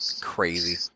Crazy